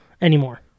anymore